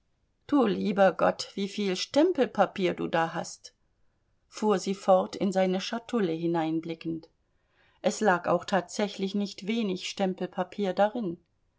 du lieber gott wieviel stempelpapier du da hast fuhr sie fort in seine schatulle hineinblickend es lag auch tatsächlich nicht wenig stempelpapier darin